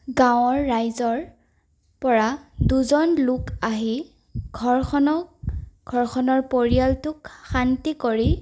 গাঁৱৰ ৰাইজৰ পৰা দুজন লোক আহি ঘৰখনক ঘৰখনৰ পৰিয়ালটোক শান্তি কৰি